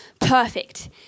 perfect